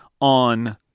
on